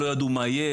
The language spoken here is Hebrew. לא ידעו מה יהיה,